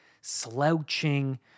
slouching